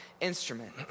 instrument